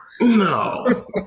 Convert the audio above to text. No